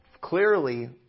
clearly